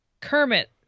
Kermit